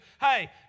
hey